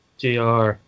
JR